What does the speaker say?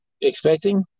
expecting